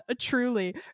truly